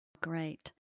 Great